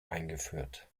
eingeführt